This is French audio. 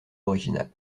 original